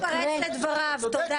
החוק